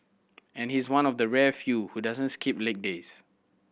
and he's one of the rare few who doesn't skip leg days